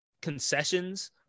concessions